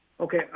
Okay